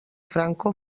franco